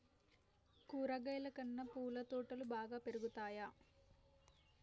కూరగాయల కన్నా తొందరగా పూల తోటలు బాగా పెరుగుతయా?